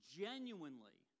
genuinely